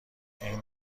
این